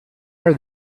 are